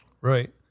Right